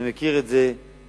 אני מכיר את זה היטב